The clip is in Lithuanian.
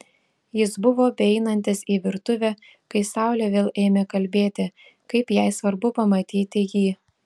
jis buvo beeinantis į virtuvę kai saulė vėl ėmė kalbėti kaip jai svarbu pamatyti jį